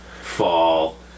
fall